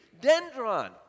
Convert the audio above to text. dendron